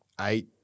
eight